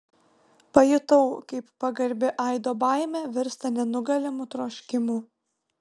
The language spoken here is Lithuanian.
pajutau kaip pagarbi aido baimė virsta nenugalimu troškimu